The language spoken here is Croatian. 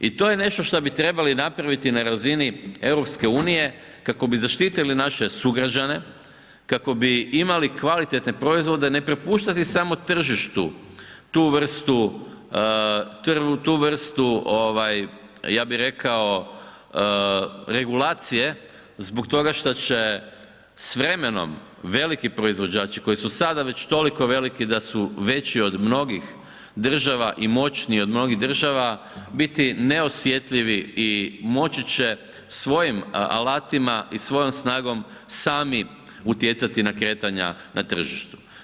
I to je nešto što bi trebali napraviti na razini EU kako bi zaštitili naše sugrađane, kako bi imali kvalitetne proizvode, ne prepuštati samo tržištu tu vrstu regulacije zbog toga što će s vremenom veliki proizvođači koji su već toliko veliki da su veći od mnogih država i moćniji od mnogih država biti neosjetljivi i moći će svojim alatima i svojom snagom sami utjecati na kretanja na tržištu.